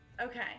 Okay